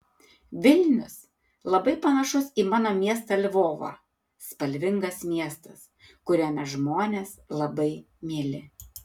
vilnius labai panašus į mano miestą lvovą spalvingas miestas kuriame žmonės labai mieli